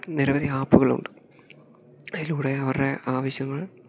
നിരവധി ആപ്പുകളുണ്ട് അതിലൂടെ അവരെ ആവശ്യങ്ങൾ